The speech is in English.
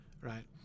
right